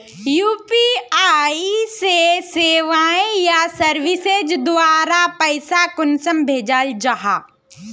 UPI सेवाएँ या services द्वारा पैसा कुंसम भेजाल जाहा?